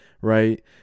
right